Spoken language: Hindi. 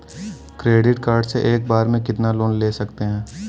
क्रेडिट कार्ड से एक बार में कितना लोन ले सकते हैं?